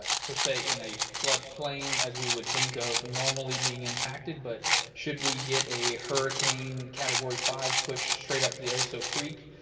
ah per se in a flood plain, as we would think of normally being impacted, but should we get a hurricane category five push straight up the oso creek,